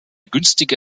günstige